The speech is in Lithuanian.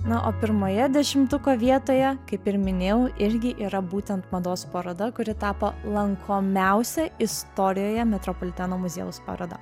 na o pirmoje dešimtuko vietoje kaip ir minėjau irgi yra būtent mados paroda kuri tapo lankomiausia istorijoje metropoliteno muziejaus paroda